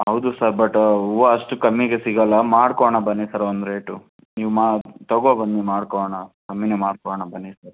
ಹೌದು sir but ಹೂವ ಅಷ್ಟು ಕಮ್ಮಿಗೆ ಸಿಗೊಲ್ಲ ಮಾಡಿಕೊಡೋಣ ಬನ್ನಿ ಸರ್ ಒಂದು ರೇಟು ನೀವು ಮಾ ತಗೋಂಬನ್ನಿ ಮಾಡಿಕೊಡೋಣ ಕಮ್ಮಿ ಮಾಡಿಕೊಡೋಣ ಬನ್ನಿ ಸರ್